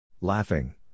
Laughing